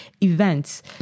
events